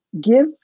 give